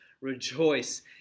rejoice